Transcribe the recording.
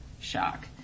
shock